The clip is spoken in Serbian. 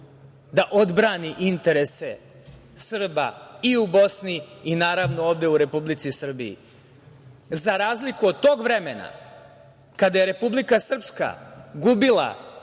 da odbrani interese Srba i u Bosni, i naravno ovde u Republici Srbiji. Za razliku od tog vremena kada je Republika Srpska gubila